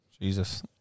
Jesus